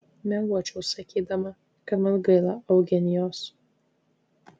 meluočiau sakydama kad man gaila eugenijos